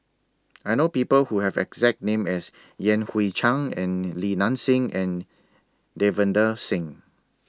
I know People Who Have The exact name as Yan Hui Chang and Li Nanxing and Davinder Singh